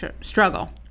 struggle